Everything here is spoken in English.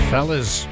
Fellas